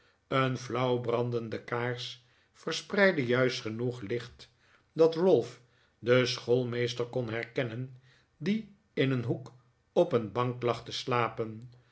een flauw brandende kaars verspreidde juist genoeg licht dat ralph den schoolmeester kon herkennen die in een hoek op een bank lag te slapen